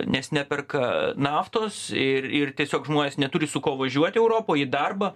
nes neperka naftos ir ir tiesiog žmonės neturi su kuo važiuoti europoj į darbą